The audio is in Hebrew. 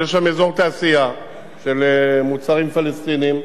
שיש שם אזור תעשייה של מוצרים פלסטיניים,